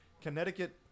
Connecticut